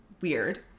Weird